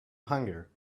hunger